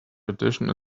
tradition